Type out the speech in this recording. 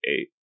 eight